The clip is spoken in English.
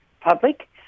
public